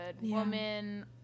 Woman